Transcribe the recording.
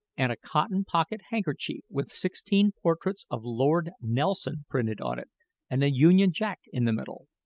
and a cotton pocket-handkerchief with sixteen portraits of lord nelson printed on it and a union-jack in the middle.